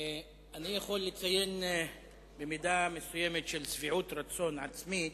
אני יכולה לציין במידה מסוימת של שביעות רצון עצמית,